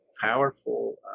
powerful